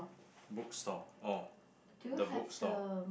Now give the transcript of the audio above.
book store oh the book store